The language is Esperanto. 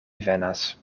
venas